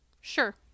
Sure